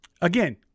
again